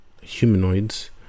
humanoids